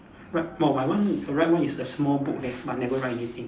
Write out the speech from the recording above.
right oh my one right one is a small book leh but never write anything